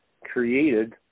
created